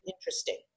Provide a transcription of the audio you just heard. interesting